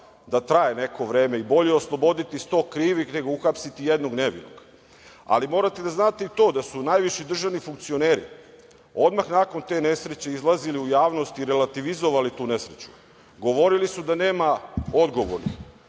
da traje neko vreme i bolje osloboditi 100 krivih, nego uhapsiti jednog nevinog. Morate da znate i to da su najviši državni funkcioneri odmah nakon te nesreće izlazili u javnost i relativizovali tu nesreću. Govorili su da nema odgovornih.